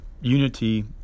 unity